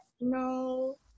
no